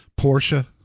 Porsche